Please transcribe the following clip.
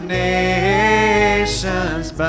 nations